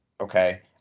Okay